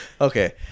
Okay